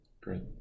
great